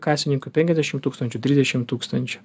kasininkui penkiasdešim tūkstančių trisdešim tūkstančių